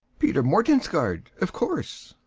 peter mortensgaard, of course.